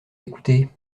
écouter